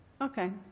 Okay